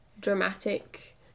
dramatic